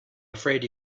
afraid